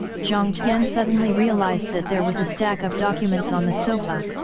jiang tian suddenly realized that there was a stack of documents on the sofa.